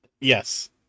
Yes